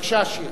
בבקשה, שיר.